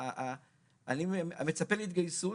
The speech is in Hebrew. אני מצפה להתגייסות.